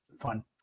fun